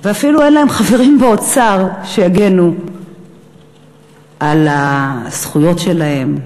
ואפילו אין להם חברים אוצר שיגנו על הזכויות שלהם.